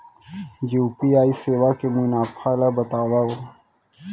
UPI सेवा के मुनाफा ल बतावव?